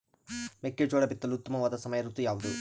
ಮೆಕ್ಕೆಜೋಳ ಬಿತ್ತಲು ಉತ್ತಮವಾದ ಸಮಯ ಋತು ಯಾವುದು?